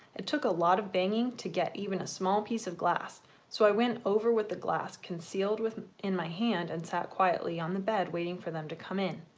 it took a lot of banging to get even a small piece of glass so i went over with the glass concealed with in my hand and sat quietly on the bed waiting for them to come in.